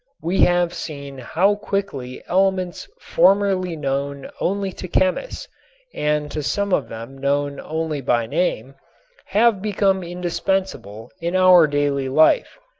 we have seen how quickly elements formerly known only to chemists and to some of them known only by name have become indispensable in our daily life.